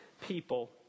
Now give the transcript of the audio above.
people